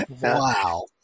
Wow